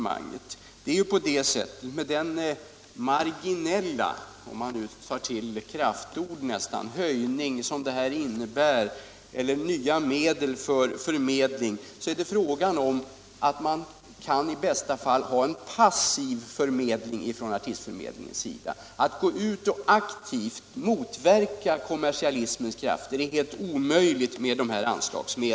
Med de marginella — för att nästan ta till ett kraftord — höjningar eller nya medel för förmedling som det här innebär kan Folkparkernas artistförmedling i bästa fall bedriva en passiv förmedling. Att gå ut för att aktivt motverka kommersialismens krafter är helt omöjligt med de här anslagen.